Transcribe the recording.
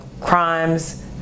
crimes